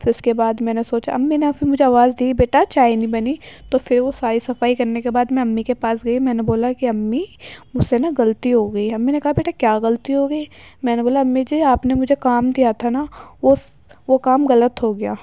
پھر اس کے بعد میں نے سوچا امی نے پھر مجھے آواز دی بیٹا چائے نہیں بنی تو پھر وہ ساری صفائی کرنے کے بعد میں امی کے پاس گئی میں نے بولا کہ امی مجھ سے نا غلطی ہو گئی امی نے کہا بیٹا کیا غلطی ہو گئی میں نے بولا امی جی آپ نے مجھے کام دیا تھا نا وہ وہ کام غلط ہو گیا